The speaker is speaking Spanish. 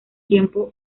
tiempo